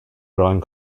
growing